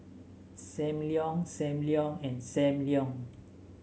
Sam Leong Sam Leong and Sam Leong